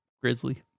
grizzly